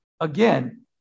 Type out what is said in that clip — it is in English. again